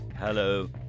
Hello